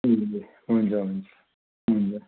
ए हुन्छ हुन्छ हुन्छ